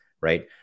right